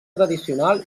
tradicional